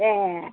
ए